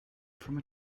from